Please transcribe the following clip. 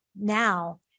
now